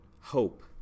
hope